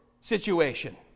situation